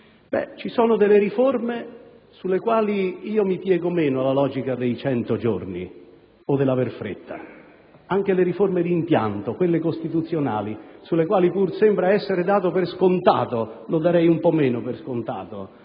me. Ci sono però riforme sulle quali mi piego meno alla logica dei cento giorni o dell'avere fretta. Anche sulle riforme di impianto, quelle costituzionali, sulle quali sembra essere dato per scontato (ma lo darei un po' meno per scontato)